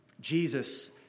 Jesus